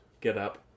get-up